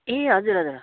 ए हजुर हजुर